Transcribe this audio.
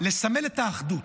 לסמל את האחדות.